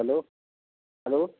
hello hello